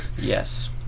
Yes